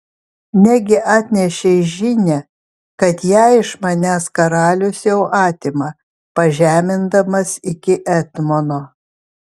negi atnešei žinią kad ją iš manęs karalius jau atima pažemindamas iki etmono